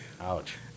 ouch